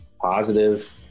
positive